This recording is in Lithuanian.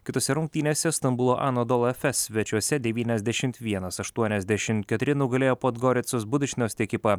kitose rungtynėse stambulo anadolu efes svečiuose devyniasdešimt vienas aštuoniasdešimt keturi nugalėjo podgoricos budučnost ekipą